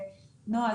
נעה,